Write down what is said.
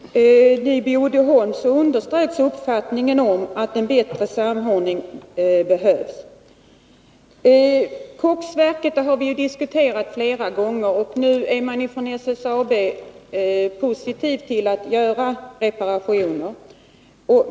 Herr talman! Vid besöket på Uddeholm underströks uppfattningen att en bättre samordning behövs. Koksverket har vi diskuterat flera gånger, och nu är man från SSAB:s sida positiv till att göra reparationen.